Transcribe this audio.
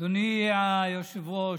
אדוני היושב-ראש,